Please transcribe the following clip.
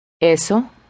Eso